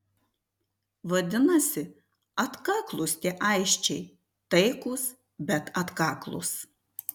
vadinasi atkaklūs tie aisčiai taikūs bet atkaklūs